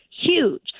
Huge